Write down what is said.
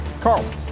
Carl